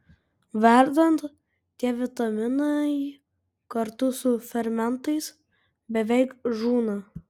verdant tie vitaminai kartu su fermentais beveik žūna